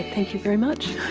thank you very much.